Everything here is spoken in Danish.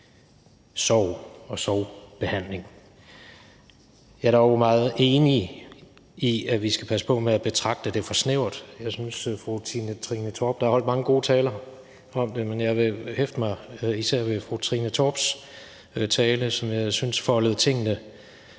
sorg og sorgbehandling. Jeg er dog meget enig i, at vi skal passe på med at betragte det for snævert. Jeg synes, der er holdt mange gode taler om det, men jeg vil hæfte mig især ved fru Trine Torps tale, som jeg synes foldede tingene